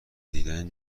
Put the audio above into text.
دیدن